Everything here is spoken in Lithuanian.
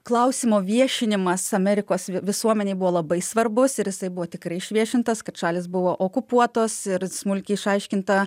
klausimo viešinimas amerikos vi visuomenei buvo labai svarbus ir jisai buvo tikrai išviešintas kad šalys buvo okupuotos ir smulkiai išaiškinta